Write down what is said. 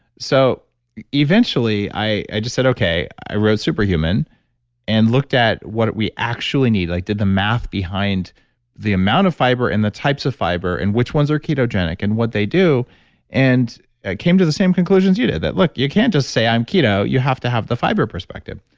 so eventually i i just said, okay, i wrote super human and looked at what we actually need, like did the math behind the amount of fiber and the types of fiber and which ones are ketogenic and what they do and came to the same conclusions you did that look, you can't just say i'm keto you have to have the fiber perspective.